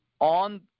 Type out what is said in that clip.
on